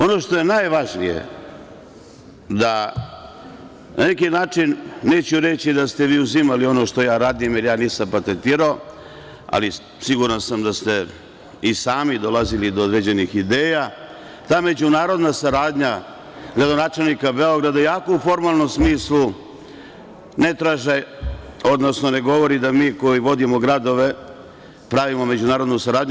Ono što je najvažnije da na neki način neću reći da ste vi uzimali ono što ja radim, jer ja nisam patentirao, ali siguran sam da ste i sami dolazili do određenih ideja da međunarodna saradnja gradonačelnika Beograda iako u formalnom smislu ne traže, odnosno ne govori mi koji vodimo gradove pravimo međunarodnu saradnju…